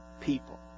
people